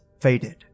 faded